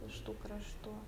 iš tų kraštų